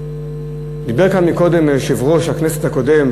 דיבר כאן קודם יושב-ראש הכנסת הקודם,